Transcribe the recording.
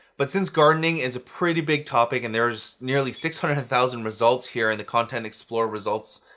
but since gardening is a pretty big topic and there's nearly six hundred thousand results here in the content explorer results,